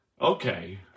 Okay